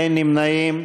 אין נמנעים.